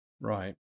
Right